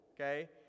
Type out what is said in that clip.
okay